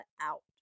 out